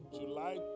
July